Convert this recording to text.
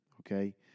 okay